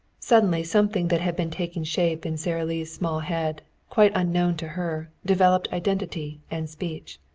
suddenly something that had been taking shape in sara lee's small head, quite unknown to her, developed identity and speech.